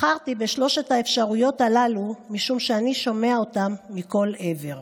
בחרתי בשלוש האפשרויות הללו משום שאני שומע אותן מכל עבר.